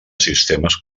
sistemes